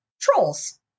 trolls